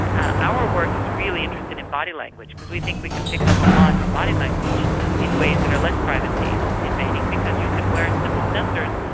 our work is really interested in body language because we think we can pick up a lot from body language in ways that are less privacy invading because you can wear simple sensors,